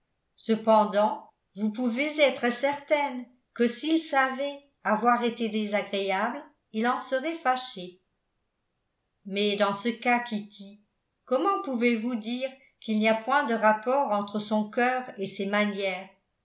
cependant vous pouvez être certaine que s'il savait avoir été désagréable il en serait fâché mais dans ce cas kitty comment pouvez-vous dire qu'il n'y a point de rapport entre son cœur et ses manières